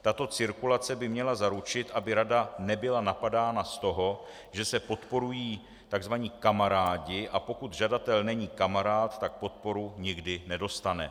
Tato cirkulace by měla zaručit, aby rada nebyla napadána z toho, že se podporují takzvaní kamarádi, a pokud žadatel není kamarád, tak podporu nikdy nedostane.